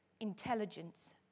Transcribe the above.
intelligence